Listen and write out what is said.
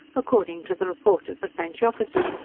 according to the report of the french officers,